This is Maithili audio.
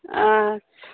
अच्छा